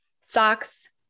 socks